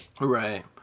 Right